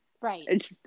Right